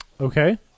Okay